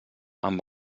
amb